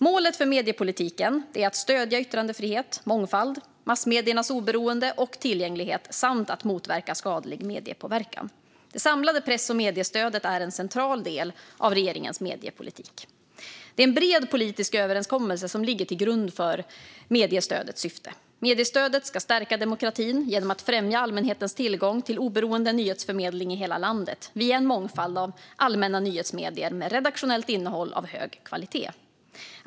Målet för mediepolitiken är att stödja yttrandefrihet, mångfald, massmediernas oberoende och tillgänglighet samt att motverka skadlig mediepåverkan. Det samlade press och mediestödet är en central del av regeringens mediepolitik. Det är en bred politisk överenskommelse som ligger till grund för mediestödets syfte. Mediestödet ska stärka demokratin genom att främja allmänhetens tillgång till oberoende nyhetsförmedling i hela landet via en mångfald av allmänna nyhetsmedier med redaktionellt innehåll av hög kvalitet.